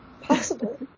Possible